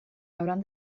hauran